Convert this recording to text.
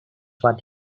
what